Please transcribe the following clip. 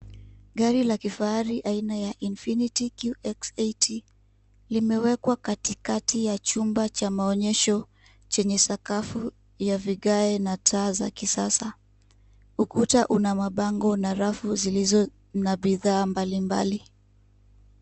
Gari ya kifahari ya aina ya infinity qx80 limewekwa katikati ya chumba cha maonyesho kwenye sakafu ya vigae na dawa za kisasa. Ukuta una mabango zilizo na bidhaa mbalimbali.